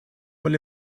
mal